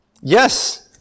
Yes